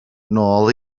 nôl